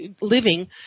living